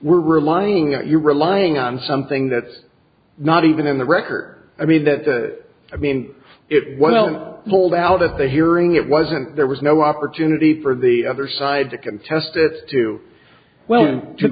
we're relying that you're relying on something that's not even in the record i mean that i mean it well bowled out at the hearing it wasn't there was no opportunity for the other side to contest it to well